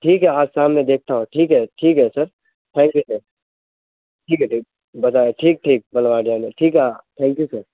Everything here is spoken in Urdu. ٹھیک ہے آج شام میں دیکھتا ہوں ٹھیک ہے ٹھیک ہے سر تھینک یو سر ٹھیک ہے ٹھیک ٹھیک ٹھیک ٹھیک ہے تھینک یو سر